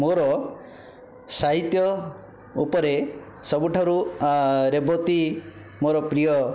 ମୋର ସାହିତ୍ୟ ଉପରେ ସବୁଠାରୁ ରେବତୀ ମୋର ପ୍ରିୟ